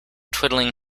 twiddling